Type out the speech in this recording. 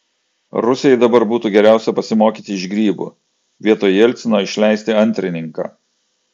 rusijai dabar būtų geriausia pasimokyti iš grybų vietoj jelcino išleisti antrininką